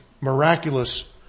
miraculous